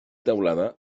teulada